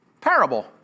parable